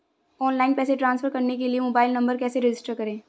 Online पैसे transfer करने के लिए मोबाइल नंबर कैसे रजिस्टर करें?